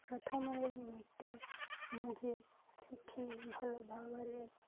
ପ୍ରଥମରେ ନୃତ୍ୟ ନିଜେ ଶିଖି ଭଲ ଭାବରେ